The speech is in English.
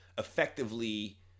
effectively